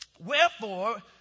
Wherefore